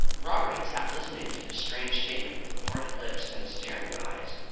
robert had sat listening to this strange statement with parted lips and staring eyes.